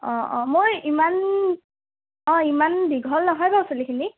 অ অ মোৰ ইমান অ ইমান দীঘল নহয় বাৰু চুলিখিনি